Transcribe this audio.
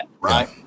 right